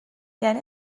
یعنی